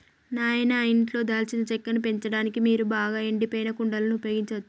నాయిన ఇంట్లో దాల్చిన చెక్కను పెంచడానికి మీరు బాగా ఎండిపోయిన కుండలను ఉపయోగించచ్చు